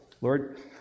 Lord